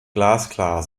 glasklar